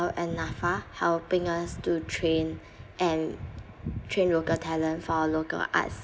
and NAFA helping us to train and train local talent for our local arts